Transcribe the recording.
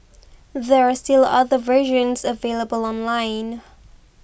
there are still other versions available online